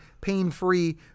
pain-free